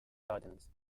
gardens